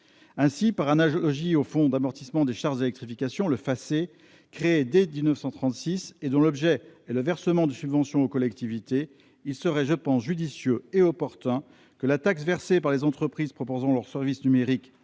Ainsi, par analogie avec le Fonds d'amortissement des charges d'électrification, le FACÉ, créé dès 1936 et dont l'objet est le versement de subventions aux collectivités, il serait judicieux et opportun que la taxe versée par les entreprises proposant leurs services numériques